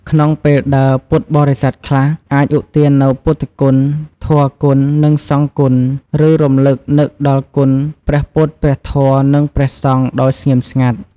ក្នុងពេលដើរ ពុទ្ធបរិស័ទខ្លះអាចឧទាននូវពុទ្ធគុណ ធម៌គុណ និងសង្ឃគុណ ឬរំលឹកនឹកដល់គុណព្រះពុទ្ធ ព្រះធម៌ និងព្រះសង្ឃដោយស្ងៀមស្ងាត់។